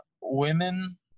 women